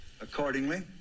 Accordingly